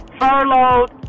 furloughed